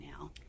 now